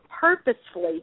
purposefully